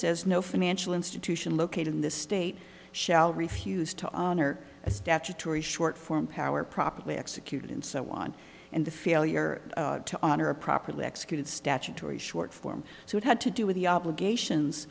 says no financial institution located in this state shall refuse to honor a statutory short form power properly executed and so on and the failure to honor a properly executed statutory short form so it had to do with the obligations